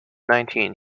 nineteen